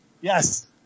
Yes